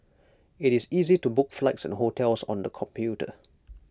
IT is easy to book flights and hotels on the computer